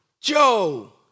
Joe